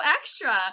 extra